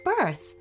birth